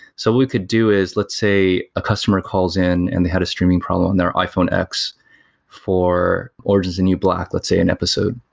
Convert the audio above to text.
so we could do is let's say, a customer calls in and they had a streaming problem on their iphone x for orange is the and new black let's say in episode.